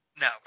No